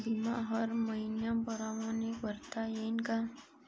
बिमा हर मइन्या परमाने भरता येऊन का?